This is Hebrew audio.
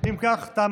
אם כך, תמה